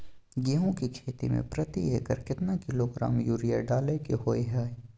गेहूं के खेती में प्रति एकर केतना किलोग्राम यूरिया डालय के होय हय?